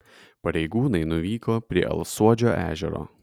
pareigūnai nuvyko prie alsuodžio ežero